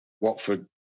Watford